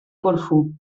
corfú